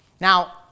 Now